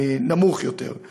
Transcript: מצומצם יותר.